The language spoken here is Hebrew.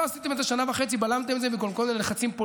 התייחסת לגירעונות?